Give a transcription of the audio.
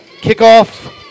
kickoff